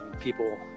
people